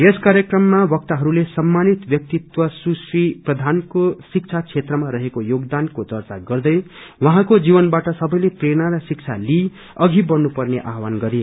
यस कार्यक्रममा वक्ताहरूले सम्मानित व्याक्तित्व सुश्री प्रधानको शिक्षा क्षेत्रमा रहेको योगदानको चर्चा गर्दै उहाँको जीवनबाट सबैले प्रेरणा र शिक्षा लिई अघि बढ़नु पेर्न आवहावन गरे